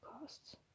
costs